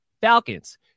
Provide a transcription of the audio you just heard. Falcons